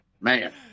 man